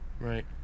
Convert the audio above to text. right